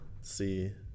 see